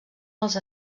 els